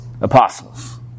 Apostles